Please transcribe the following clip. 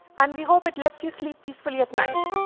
and we hope it lets you sleep peacefully at night.